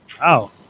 Wow